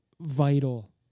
vital